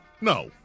No